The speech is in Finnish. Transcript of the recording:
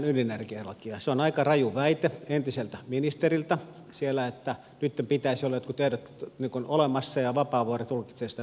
se on aika raju väite entiseltä ministeriltä siellä että nytten pitäisi olla joittenkin ehtojen olemassa ja vapaavuori tulkitsee sitä väärin